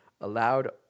allowed